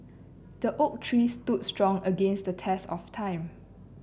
the oak tree stood strong against the test of time